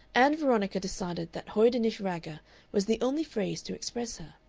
ann veronica decided that hoydenish ragger was the only phrase to express her.